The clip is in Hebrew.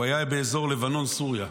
הוא היה באזור לבנון סוריה,